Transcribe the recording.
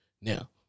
now